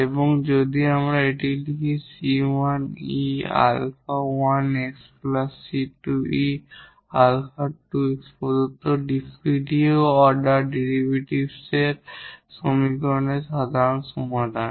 এবং যদি আমরা এটি লিখি 𝑐1𝑒 𝛼1𝑥 𝑐2𝑒 𝛼2𝑥 প্রদত্ত দ্বিতীয় অর্ডার ডিফারেনশিয়াল সমীকরণের সাধারণ সমাধান